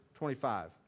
25